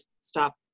stop